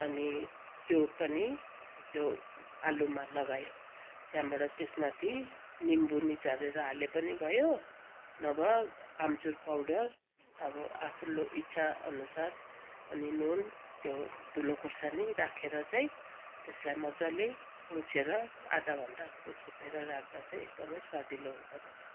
अनि त्यो पनि त्यो आलुमा लगायो त्यहाँबाट त्यसमाथि निम्बु निचोरेर हाले पनि भयो नभए आम्चुर पाउडर अब आफ्नो इच्छाअनुसार अनि नुन त्यो धुलो खोर्सानी राखेर चाहिँ त्यसलाई मजाले मुछेर आधा घन्टा जस्तो छोपेर राख्दा चाहिँ एकदमै स्वादिलो हुँदो रहेछ